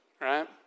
right